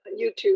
youtube